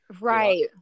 right